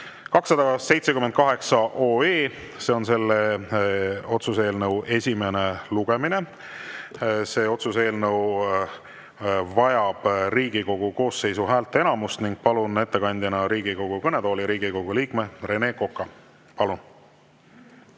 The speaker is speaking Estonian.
278. See on selle otsuse eelnõu esimene lugemine. See otsuse eelnõu vajab Riigikogu koosseisu häälteenamust. Palun ettekandeks Riigikogu kõnetooli Riigikogu liikme Rene Koka. Palun!